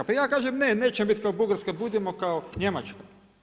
Pa ja kažem ne, nećemo biti kao Bugarska, budimo kao Njemačka.